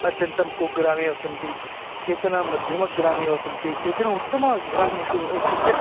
अत्यन्तं कुग्रामे वसन्ति केचन मध्यमग्रामे वसन्ति केचन उत्तमं ग्रामेषु इत्युक्ते